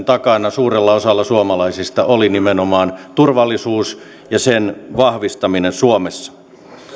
takana suurella osalla suomalaisista oli nimenomaan turvallisuus ja sen vahvistaminen suomessa